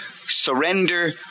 surrender